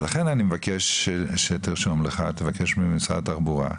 ולכן אני מבקש שתרשום לך, תבקש ממשרד התחבורה,